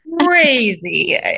crazy